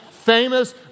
Famous